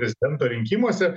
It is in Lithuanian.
prezidento rinkimuose